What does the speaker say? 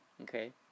Okay